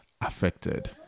affected